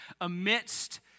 amidst